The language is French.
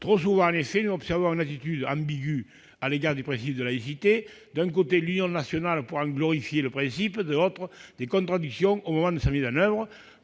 Trop souvent, en effet, nous observons une attitude ambiguë à l'égard du principe de laïcité : d'un côté, l'union nationale pour en glorifier le principe et, de l'autre, des contradictions au moment de sa mise en oeuvre.